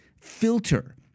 filter